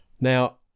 Now